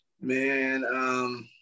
Man